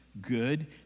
good